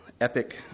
epic